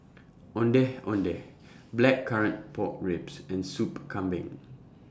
Ondeh Ondeh Blackcurrant Pork Ribs and Soup Kambing